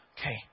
Okay